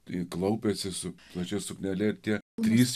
ji klaupiasi su plačia suknele ir tie trys